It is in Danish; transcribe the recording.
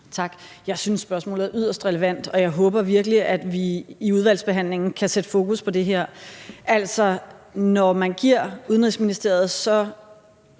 Tak. Jeg synes, spørgsmålet er yderst relevant, og jeg håber virkelig, at vi i udvalgsbehandlingen kan sætte fokus på det her. Altså, når man giver Udenrigsministeriet så